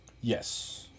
Yes